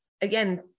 again